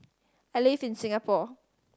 I live in Singapore